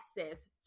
access